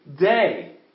day